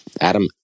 Adam